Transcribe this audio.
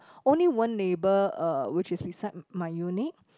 only one neighbour uh which is beside my unit